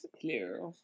Clear